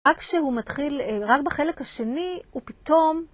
רק כשהוא מתחיל, רק בחלק השני, הוא פתאום...